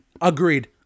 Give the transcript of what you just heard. agreed